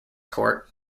court